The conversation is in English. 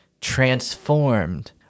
transformed